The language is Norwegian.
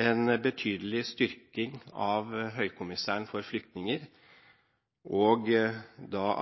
en betydelig styrking av høykommissæren for flyktninger og